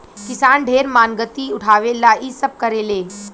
किसान ढेर मानगती उठावे ला इ सब करेले